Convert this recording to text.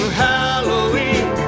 halloween